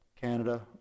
Canada